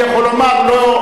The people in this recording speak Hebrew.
הוא יכול לומר: לא,